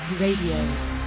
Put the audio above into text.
Radio